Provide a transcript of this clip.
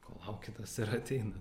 ko lauki tas ir ateina